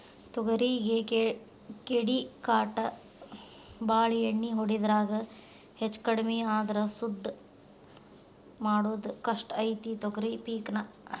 ತೊಗರಿಗೆ ಕೇಡಿಕಾಟ ಬಾಳ ಎಣ್ಣಿ ಹೊಡಿದ್ರಾಗ ಹೆಚ್ಚಕಡ್ಮಿ ಆದ್ರ ಸುದ್ದ ಮಾಡುದ ಕಷ್ಟ ಐತಿ ತೊಗರಿ ಪಿಕ್ ನಾ